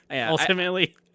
ultimately